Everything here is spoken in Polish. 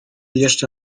jeszcze